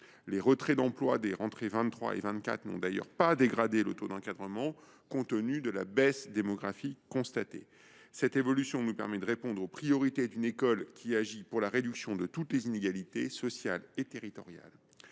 Les retraits d’emplois des rentrées 2023 et 2024 n’ont d’ailleurs pas dégradé le taux d’encadrement, compte tenu de la baisse démographique constatée. Cette évolution nous permet de répondre aux priorités d’une école qui agit pour la réduction de toutes les inégalités, sociales comme territoriales.